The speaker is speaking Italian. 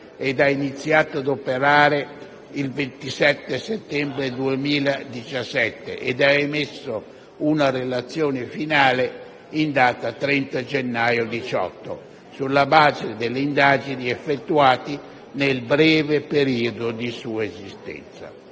ha iniziato ad operare il 27 settembre 2017 ed ha emesso una relazione finale in data 30 gennaio 2018 sulla base delle indagini effettuate nel breve periodo della sua esistenza.